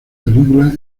película